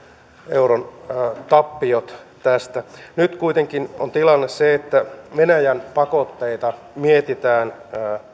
euron tappiot tästä nyt kuitenkin on tilanne se että venäjän pakotteita mietitään